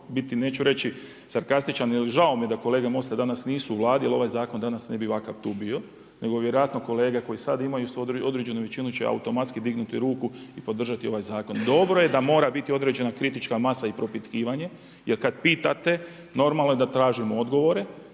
neću reći sarkastičan, jer žao mi je da kolege iz MOST-a danas nisu u Vladi, jer ovaj zakon danas ovakav tu bio, nego bi vjerojatno kolege koji sad imaju određenu većinu će automatski dignuti ruku i podržati ovaj zakon. Dobro je da mora biti određena kritična masa i propitkivanje, jer kad pitate, normalno je da tražimo odgovore,